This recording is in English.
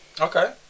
Okay